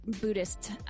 Buddhist